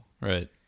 Right